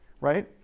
right